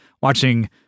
watching